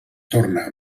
torna